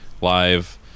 live